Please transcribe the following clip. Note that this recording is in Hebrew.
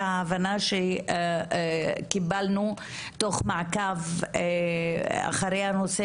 וההבנה שקיבלנו תוך מעקב אחרי הנושא